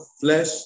flesh